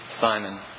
Simon